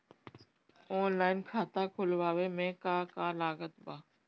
Online खाता खुलवावे मे का का लागत बा?